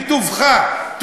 בטובך,